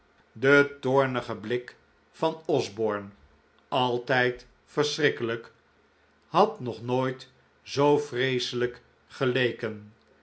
de toornige blik van osborne altijd verschrikkelijk had nog nooit zoo vreeselijk geleken